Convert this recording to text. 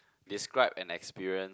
describe an experience